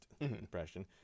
impression